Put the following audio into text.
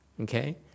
Okay